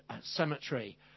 Cemetery